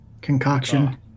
concoction